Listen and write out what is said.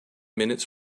minutes